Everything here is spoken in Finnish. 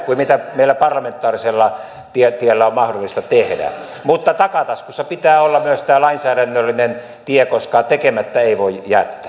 kuin mitä meillä parlamentaarisella tiellä tiellä on mahdollista tehdä mutta takataskussa pitää olla myös tämä lainsäädännöllinen tie koska tekemättä ei voi